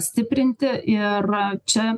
stiprinti ir čia